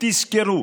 תזכרו